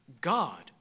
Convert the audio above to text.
God